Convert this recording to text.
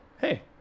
hey